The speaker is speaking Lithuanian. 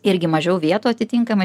irgi mažiau vietų atitinkamai